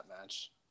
match